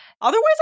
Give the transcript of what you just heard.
Otherwise